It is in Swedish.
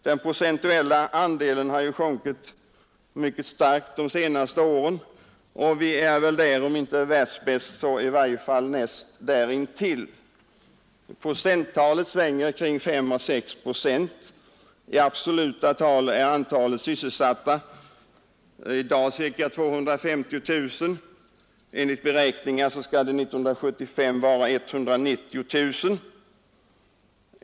Den procentuella andelen har sjunkit mycket starkt under de senaste åren, och vi är väl där, om inte världsbäst, så i varje fall näst därintill. Procenttalet svänger kring 5 å 6 procent. I absoluta tal är antalet sysselsatta i dag ca 250 000. Enligt beräkningar skall siffran år 1975 vara 190 000.